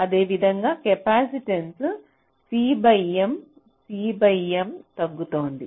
అదేవిధంగా కెపాసిటెన్స్ కూడా C by M C by M తగ్గుతోంది